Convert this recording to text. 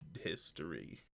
history